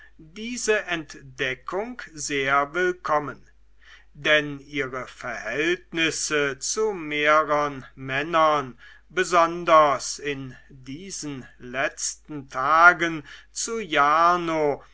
diese entdeckung sehr willkommen denn ihre verhältnisse zu mehreren männern besonders in den letzten tagen zu jarno